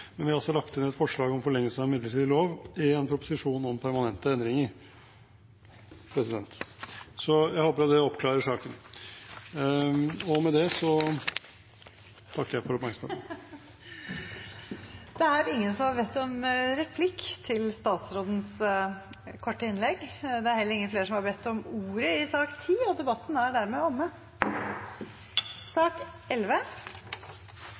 men vi har lagt inn et forslag om forlengelse av midlertidig lov i en proposisjon om permanente endringer. Jeg håper det oppklarer saken, og med det takker jeg for oppmerksomheten. Flere har ikke bedt om ordet til sak nr.10. Ingen har bedt om ordet. Etter ønske fra kommunal- og forvaltningskomiteen vil presidenten ordne debatten slik: 3 minutter til hver partigruppe og